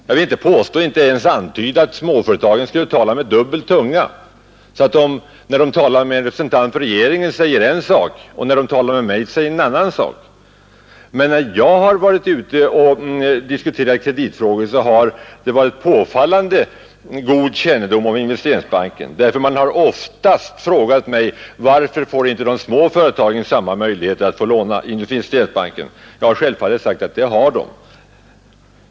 Jag vill inte påstå eller ens antyda att småföretagen skulle tala med dubbel tunga, så att de när de talar med en representant för regeringen säger en sak och när de talar med mig säger en annan sak, men när jag har varit ute och diskuterat kreditfrågor har det funnits en påfallande god kännedom om Investeringsbanken. Man har ofta frågat mig: Varför får inte de små företagen samma möjligheter att låna i Investeringsbanken som de stora? Jag har självfallet svarat att det har de.